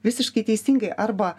visiškai teisingai arba